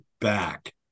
back